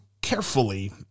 carefully